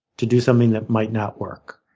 to do something that might not work.